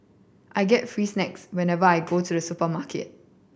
I get free snacks whenever I go to the supermarket